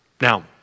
Now